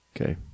Okay